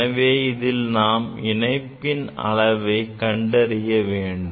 எனவே இதில் நாம் இணைப்பின் அளவை கண்டறிய வேண்டும்